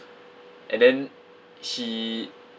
and then he